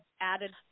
added